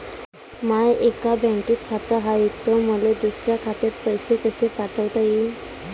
माय एका बँकेत खात हाय, त मले दुसऱ्या खात्यात पैसे कसे पाठवता येईन?